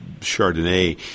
Chardonnay